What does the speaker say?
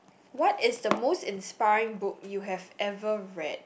what is the most inspiring book you have ever read